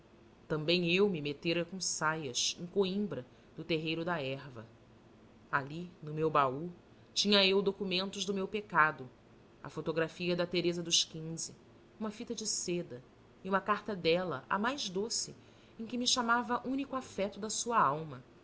também eu me metera com saias em coimbra no terreiro da erva ali no meu baú tinha eu documentos do meu pecado a fotografia da teresa dos quinze uma fita de seda e uma carta dela a mais doce em que me chamava único afeto da sua alma